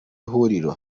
huriro